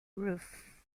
roof